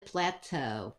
plateau